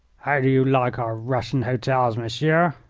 how do you like our russian hotels, monsieur?